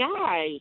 guy